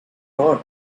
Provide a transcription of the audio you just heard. god